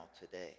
today